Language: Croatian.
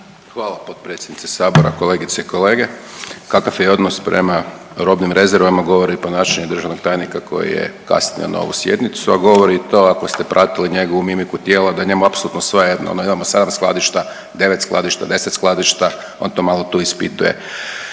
Hvala potpredsjednice sabora. Kolegice i kolege, kakav je odnos prema robnim rezervama govori i ponašanje državnog tajnika koji je kasnio na ovu sjednicu, a govori i to ako ste pratili njegovu mimiku tijela da je njemu apsolutno svejedno da imamo 7 skladišta, 9 skladišta, 10 skladišta, on to malo tu ispituje.